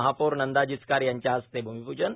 महापौर नंदा जिचकार यांच्या हस्ते भूमिपूजन